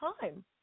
time